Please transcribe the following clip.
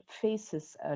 faces